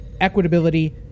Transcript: equitability